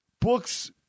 books